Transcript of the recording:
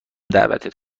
دعوتت